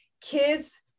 kids